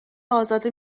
ازاده